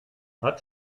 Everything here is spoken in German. hat